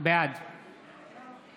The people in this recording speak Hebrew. בעד